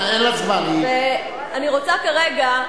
אני רוצה כרגע,